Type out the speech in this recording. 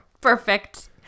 perfect